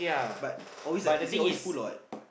but always like is it always full or what